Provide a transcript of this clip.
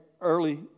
early